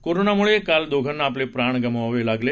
corona मुळे काल दोघांना आपले प्राण गमवावे लागले